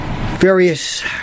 various